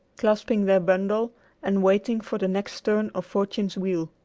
clasping their bundle and waiting for the next turn of fortune's wheel.